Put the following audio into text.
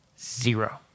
Zero